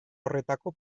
horretako